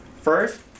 First